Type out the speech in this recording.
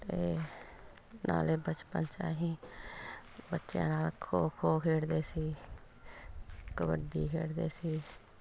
ਅਤੇ ਨਾਲੇ ਬਚਪਨ 'ਚ ਅਸੀਂ ਬੱਚਿਆਂ ਨਾਲ ਖੋ ਖੋ ਖੇਡਦੇ ਸੀ ਕਬੱਡੀ ਖੇਡਦੇ ਸੀ